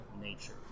nature